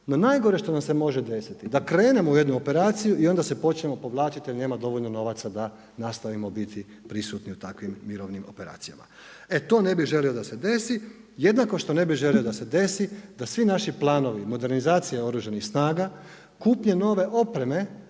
No najgore što nam se može desiti, da krenemo u jednu operaciju i onda se počnemo povlačiti jer nema dovoljno novaca da nastavimo biti prisutni u takvim mirovnim operacijama. E to ne bi želio da se desi, jednako što ne bi želio da se desi da svi naši planovi, modernizacija Oružanih snaga, kupnjom nove opreme